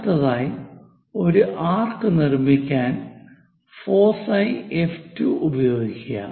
അടുത്തതായി ഒരു ആർക്ക് നിർമ്മിക്കാൻ ഫോസൈ F2 ഉപയോഗിക്കുക